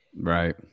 Right